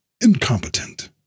incompetent